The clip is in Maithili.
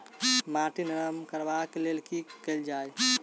माटि नरम करबाक लेल की केल जाय?